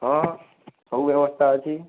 ହଁ ସବୁ ବ୍ୟବସ୍ଥା ଅଛି